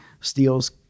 steel's